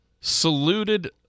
saluted